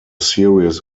series